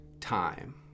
time